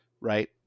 right